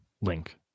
link